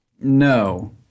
No